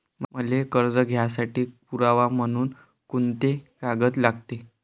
मले कर्ज घ्यासाठी पुरावा म्हनून कुंते कागद लागते?